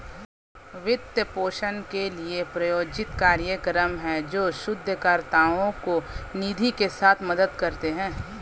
वित्त पोषण के लिए, प्रायोजित कार्यक्रम हैं, जो शोधकर्ताओं को निधि के साथ मदद करते हैं